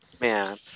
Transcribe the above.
Man